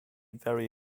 very